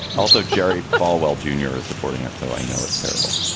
although jerry falwell, junior is supporting it. so i know it's terrible.